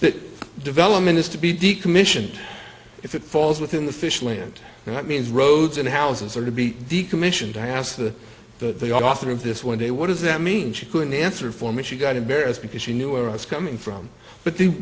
that development is to be decommissioned if it falls within the fish land and that means roads and houses are to be decommissioned i asked the the author of this one day what does that mean she couldn't answer for me she got embarrassed because she knew where i was coming from but the